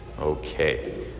Okay